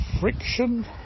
Friction